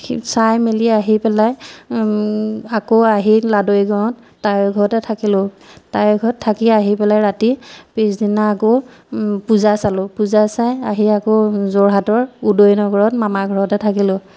চাই মেলি আহি পেলাই আকৌ আহি লাহদৈগড়ত তাৱৈৰ ঘৰতে থাকিলোঁ তাৱৈৰ ঘৰত থাকি আহি পেলাই ৰাতি পিছদিনা আকৌ পূজা চালোঁ পূজা চাই আহি আকৌ যোৰহাটৰ উদয়নগৰত মামাঘৰতে থাকিলোঁ